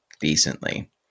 decently